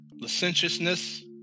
licentiousness